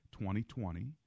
2020